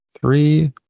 Three